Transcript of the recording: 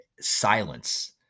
silence